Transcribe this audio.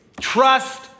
Trust